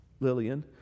Lillian